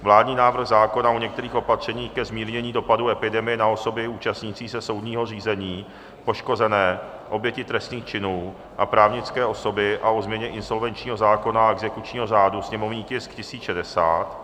vládní návrh zákona o některých opatřeních ke zmírnění dopadu epidemie na osoby účastnící se soudního řízení, poškozené, oběti trestných činů a právnické osoby a o změně insolvenčního zákona exekučního řádu, sněmovní tisk 1060;